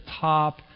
top